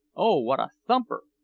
oh, what a thumper!